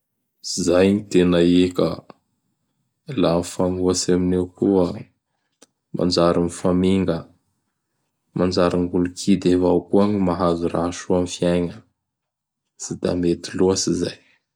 Zay gny tena i ka! La mifanohitsy aminio koa manjary mifaminga. Manjary gn' olo kidy avao gny mahazo raha soa am fiaigna. Tsy da mety loatsy izay.